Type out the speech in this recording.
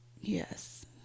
Yes